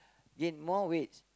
gain more weights